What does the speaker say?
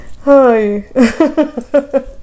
Hi